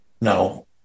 No